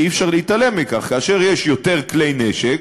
כי אי-אפשר להתעלם מכך: כאשר יש יותר כלי נשק,